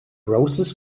roses